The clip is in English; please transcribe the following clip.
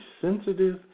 sensitive